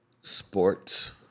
Sports